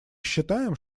считаем